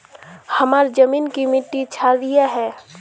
हमार जमीन की मिट्टी क्षारीय है?